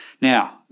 Now